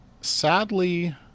Sadly